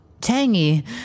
tangy